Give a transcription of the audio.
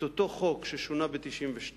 את אותו חוק ששונה ב-1992,